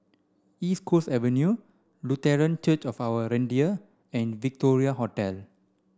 East Coast Avenue Lutheran Church of Our Redeemer and Victoria Hotel